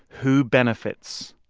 who benefits?